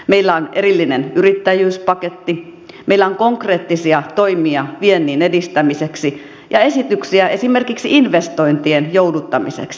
meillä on erillinen yrittäjyyspaketti meillä on konkreettisia toimia viennin edistämiseksi ja esityksiä esimerkiksi investointien jouduttamiseksi